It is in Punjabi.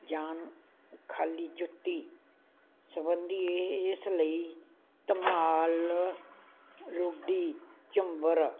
ਜਾਨ ਖਾਲੀ ਜੁੱਤੀ ਸਬੰਧੀ ਇਹ ਇਸ ਲਈ ਧਮਾਲ ਲੁੱਡੀ ਝੂਮਰ